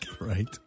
Right